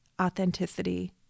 authenticity